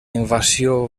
invasió